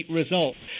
results